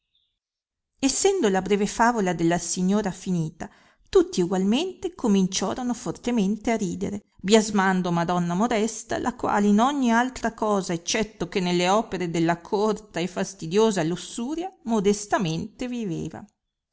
essendo la breve favola della signora finita tulli ugualmente cominciorono fortemente a ridere biasmando madonna modesta la quale in ogni altra cosa eccetto che nelle opere della corta e fastidiosa lussuria modestamente viveva